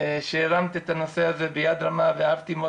שהרמת את הנושא הזה ביד רמה ואהבתי מאוד